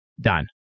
done